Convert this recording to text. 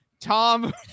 Tom